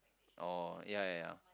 orh ya ya ya